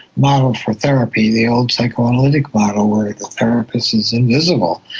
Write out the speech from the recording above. model for therapy, the old psychoanalytic model where the therapist is invisible,